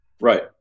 Right